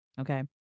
okay